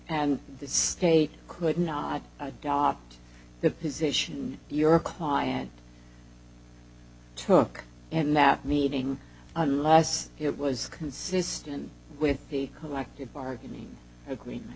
and the state could not adopt the position your client took and that meeting unless it was consistent with the collective bargaining agreement